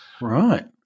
Right